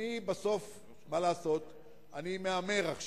מה לעשות, עכשיו אני מהמר,